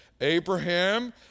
Abraham